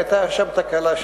היתה שם תקלה,